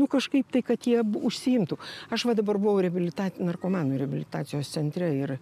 nu kažkaip tai kad jie užsiimtų aš va dabar buvau reabilita narkomanų reabilitacijos centre ir